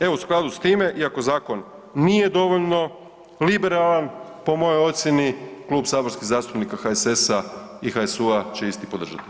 Evo, u skladu s time iako zakon nije dovoljno liberalan po mojoj ocjeni, Klub saborskih zastupnika HSS-a i HSU-a će isti podržati.